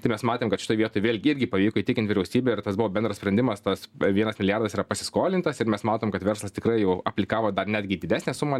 tai mes matėm kad šitoj vietoj vėlgi irgi pavyko įtikint vyriausybę ir tas buvo bendras sprendimas tas vienas milijardas yra pasiskolintas ir mes matom kad verslas tikrai jau aplikavo dar netgi į didesnę sumą